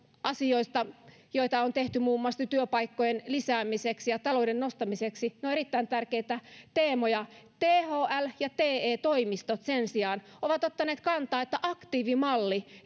asioista joita on tehty muun muassa työpaikkojen lisäämiseksi ja talouden nostamiseksi ne ovat erittäin tärkeitä teemoja thl ja te toimistot sen sijaan ovat ottaneet kantaa että aktiivimalli